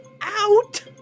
out